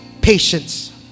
patience